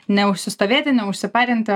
neužsistovėti neužsiparinti